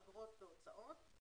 אגרות והוצאות,